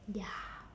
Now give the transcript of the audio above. ya